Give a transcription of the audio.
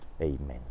Amen